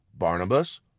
Barnabas